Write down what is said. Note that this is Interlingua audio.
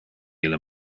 ille